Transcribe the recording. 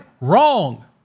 wrong